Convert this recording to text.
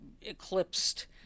eclipsed